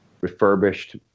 refurbished